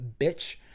Bitch